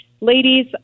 ladies